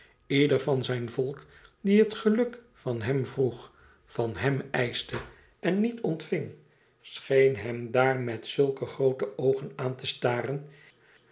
ieder van zijn volk die het geluk van hem vroeg van hem eischte en niet ontving scheen hem daar met zulke oogen aan te staren